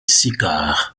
sicard